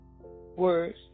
words